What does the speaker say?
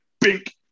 bink